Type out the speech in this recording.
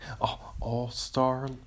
All-star